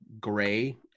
gray